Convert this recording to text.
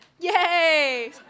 yay